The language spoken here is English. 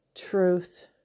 truth